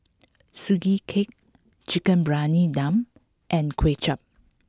Sugee Cake Chicken Briyani Dum and Kuay Chap